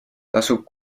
tasub